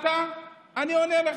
שאלת, אני עונה לך.